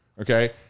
Okay